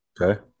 okay